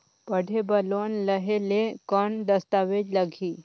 पढ़े बर लोन लहे ले कौन दस्तावेज लगही?